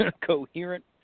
coherent